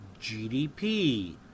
GDP